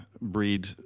breed